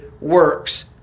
works